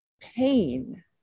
pain